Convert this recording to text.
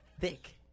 thick